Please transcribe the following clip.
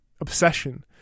obsession